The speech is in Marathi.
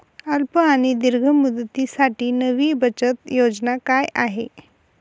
अल्प आणि दीर्घ मुदतीसाठी नवी बचत योजना काय आहे?